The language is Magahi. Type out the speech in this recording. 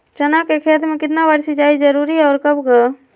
चना के खेत में कितना बार सिंचाई जरुरी है और कब कब?